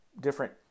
different